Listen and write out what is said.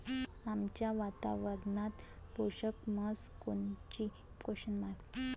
आमच्या वातावरनात पोषक म्हस कोनची?